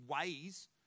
ways